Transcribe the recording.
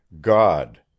God